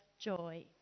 joy